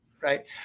right